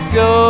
go